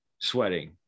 sweating